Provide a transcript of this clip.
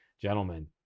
gentlemen